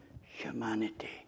humanity